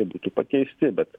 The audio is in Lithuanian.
būtų pakeisti bet